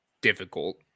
difficult